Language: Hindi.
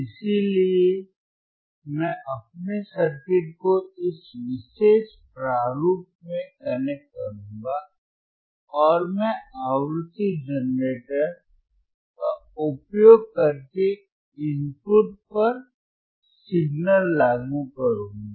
इसलिए मैं अपने सर्किट को इस विशेष प्रारूप में कनेक्ट करूंगा और मैं आवृत्ति जनरेटर का उपयोग करके इनपुट पर सिग्नल लागू करूंगा